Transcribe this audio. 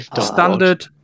Standard